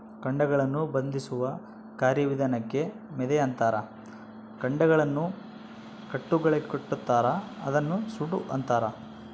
ಕಾಂಡಗಳನ್ನು ಬಂಧಿಸುವ ಕಾರ್ಯವಿಧಾನಕ್ಕೆ ಮೆದೆ ಅಂತಾರ ಕಾಂಡಗಳನ್ನು ಕಟ್ಟುಗಳಾಗಿಕಟ್ಟುತಾರ ಅದನ್ನ ಸೂಡು ಅಂತಾರ